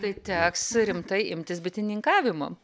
tai teks rimtai imtis bitininkavimo